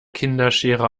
kinderschere